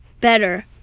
better